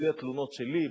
בלי התלונות שלי,